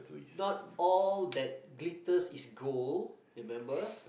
not all that glitters is gold remember